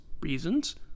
reasons